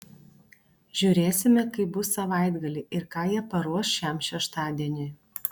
žiūrėsime kaip bus savaitgalį ir ką jie paruoš šiam šeštadieniui